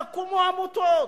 יקומו עמותות,